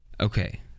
Okay